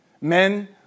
Men